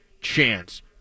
chance